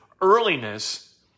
earliness